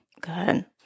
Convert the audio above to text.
good